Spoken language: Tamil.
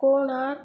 கோனார்